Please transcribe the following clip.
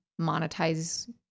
monetize